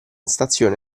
stazione